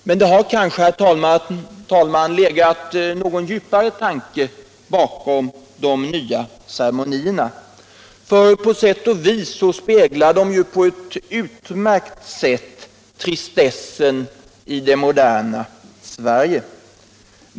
Men det har kanske legat en djupare tanke bakom de nya ceremonierna, för på sätt och vis speglar de på ett utmärkt sätt tristessen i det moderna Sverige.